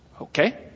Okay